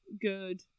good